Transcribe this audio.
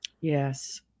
Yes